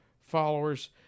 followers